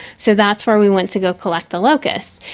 so that's where we went to go collect the locusts.